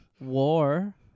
war